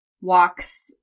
walks